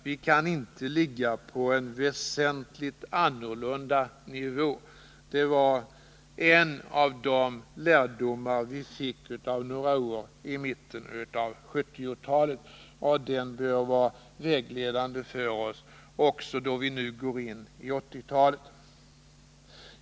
Vi kan inte ligga på en nivå som väsentligt skiljer sig från andra länders — det var en av de lärdomar vi fick av några år av mitten av 1970-talet, och den bör vara vägledande för oss också när vi nu går in i 1980-talet.